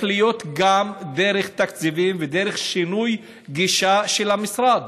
להיות גם דרך תקציבים ודרך שינוי גישה של המשרד,